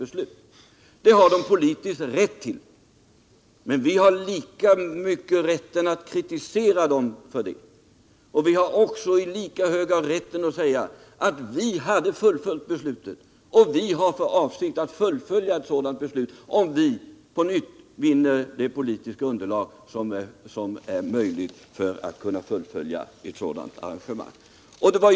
Den borgerliga regeringen har politiskt sett rätt att handla så, men vi har lika mycket rätt att kritisera den för det. Vi har också i lika hög grad rätt att säga att vi skulle ha fullföljt beslutet och att vi har för avsikt att fullfölja ett sådant beslut, om vi på nytt vinner det politiska underlag som erfordras för att man skall kunna fullfölja ett sådant arrangemang.